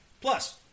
Plus